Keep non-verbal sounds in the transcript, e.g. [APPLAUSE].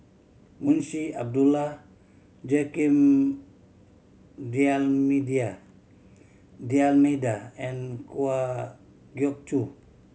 Munshi Abdullah Joaquim [UNINTELLIGIBLE] D'Almeida and Kwa Geok Choo